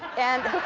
and